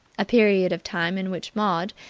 a period of time in which maud,